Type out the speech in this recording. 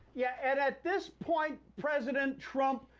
yeah, and at this point, president trump,